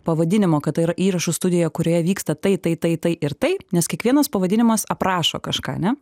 pavadinimo kad tai yra įrašų studija kurioje vyksta tai tai tai tai ir tai nes kiekvienas pavadinimas aprašo kažką ane